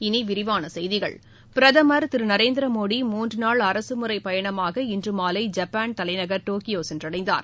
இனி விரிவான செய்திகள் பிரதமர் திரு நரேந்திரமோடி மூன்று நாள் அரசுமுறைப் பயணமாக இன்று மாலை ஜப்பாள் தலைநகர் டோக்கியோ சென்றடைந்தார்